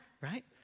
right